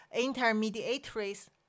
intermediaries